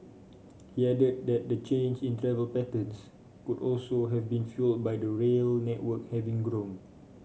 he added that the change in travel patterns could also have been fuelled by the rail network having grown